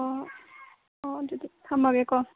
ꯑꯣ ꯑꯣ ꯑꯗꯨꯗꯤ ꯊꯝꯃꯒꯦ ꯀꯣ